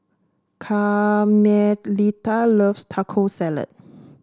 Carmelita loves Taco Salad